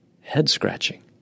head-scratching